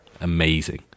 amazing